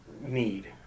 need